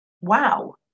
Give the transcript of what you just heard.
wow